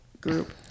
group